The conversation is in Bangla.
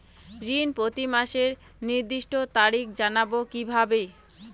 ঋণ প্রতিমাসের নির্দিষ্ট তারিখ জানবো কিভাবে?